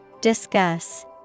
Discuss